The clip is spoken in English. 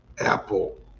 Apple